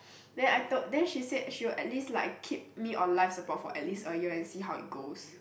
then I told then she said she will at least like keep me on life support for at least a year and see how it goes